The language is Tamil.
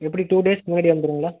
எப்படி டூ டேஸ் முன்னாடி வந்துடுங்களா